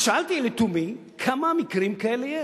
אז שאלתי לתומי: כמה מקרים כאלה יש?